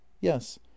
yes